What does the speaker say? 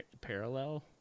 parallel